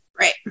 Right